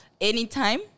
anytime